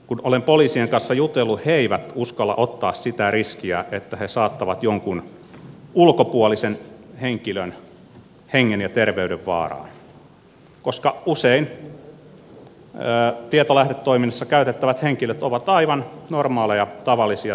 kun olen poliisien kanssa jutellut ainakaan he eivät uskalla ottaa sitä riskiä että he saattavat jonkun ulkopuolisen henkilön hengen ja terveyden vaaraan koska usein tietolähdetoiminnassa käytettävät henkilöt ovat aivan normaaleja tavallisia siviilejä henkilöitä